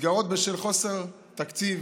נסגרות בשל חוסר תקציב.